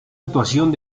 actuación